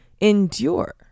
endure